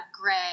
gray